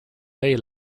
ley